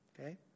Okay